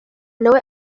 nawe